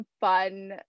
fun